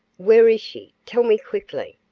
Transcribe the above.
where is she tell me quickly!